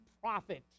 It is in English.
profit